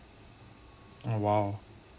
oh !wow!